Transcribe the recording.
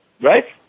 right